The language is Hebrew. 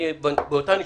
באותה נשימה,